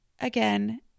Again